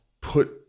put